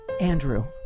Andrew